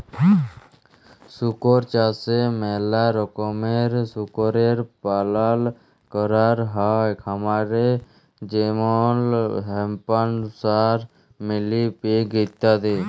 শুকর চাষে ম্যালা রকমের শুকরের পালল ক্যরাক হ্যয় খামারে যেমল হ্যাম্পশায়ার, মিলি পিগ ইত্যাদি